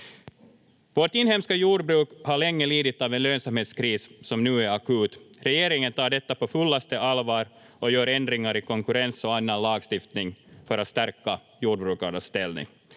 Vårt inhemska jordbruk har länge lidit av en lönsamhetskris som nu är akut. Regeringen tar detta på fullaste allvar och gör ändringar i konkurrens- och annan lagstiftning för att stärka jordbrukarnas ställning.